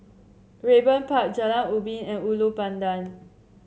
Raeburn Park Jalan Ubin and Ulu Pandan